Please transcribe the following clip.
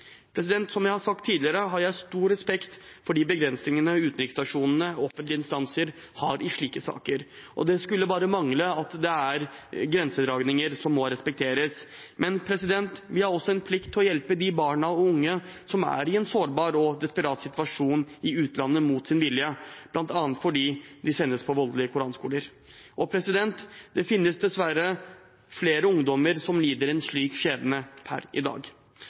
seg. Som jeg har sagt tidligere, har jeg stor respekt for de begrensningene utenriksstasjonene og offentlige instanser har i slike saker, og det skulle bare mangle at det ikke er grensedragninger som må respekteres. Men vi har også en plikt til å hjelpe barn og unge som er i en sårbar og desperat situasjon i utlandet mot sin vilje, bl.a. fordi de sendes på voldelige koranskoler. Det finnes dessverre flere ungdommer som lider en slik skjebne per i dag.